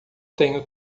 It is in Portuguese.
tenho